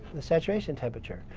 the saturation temperature,